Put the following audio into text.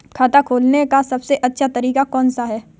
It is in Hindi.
खाता खोलने का सबसे अच्छा तरीका कौन सा है?